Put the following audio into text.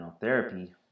therapy